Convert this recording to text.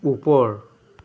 ওপৰ